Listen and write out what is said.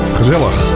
gezellig